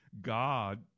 god